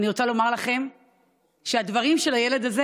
ואני רוצה לומר לכם שהדברים של הילד הזה